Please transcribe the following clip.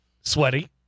Sweaty